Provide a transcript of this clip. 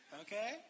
okay